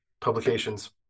publications